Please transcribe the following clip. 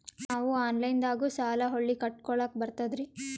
ನಾವು ಆನಲೈನದಾಗು ಸಾಲ ಹೊಳ್ಳಿ ಕಟ್ಕೋಲಕ್ಕ ಬರ್ತದ್ರಿ?